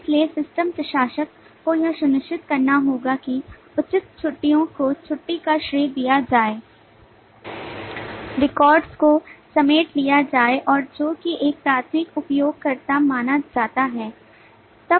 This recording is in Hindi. इसलिए सिस्टम प्रशासक को यह सुनिश्चित करना होगा कि उचित छुट्टियो को छुट्टी का श्रेय दिया जाए रिकॉर्ड्स को समेट लिया जाए और जो कि एक माध्यमिक उपयोगकर्ता माना जाता है